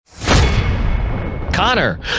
Connor